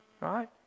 Right